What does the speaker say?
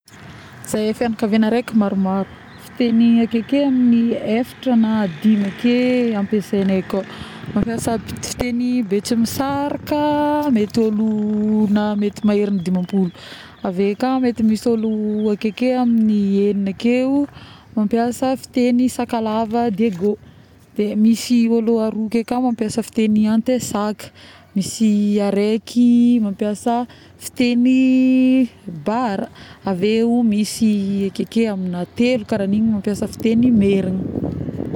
Zahay fiagnakaviagna araiky maromaro fitegny akeke amin'ny eftra na dimy ake no ampiasagnay ,akao mampiasa fitegny betsimisaraka mety ôlo na maherin'ny dimampolo avekao mety misi olo akeke amin'ny enigna akeo mampiasa fitegny sakalava Diego de misy roa ake kao mampiasa fitegny Antesaka, misy araiky mampiasa fitegny Bara, avieo misy akeke telo karaha igny mampiasa fitegny Merina